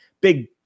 big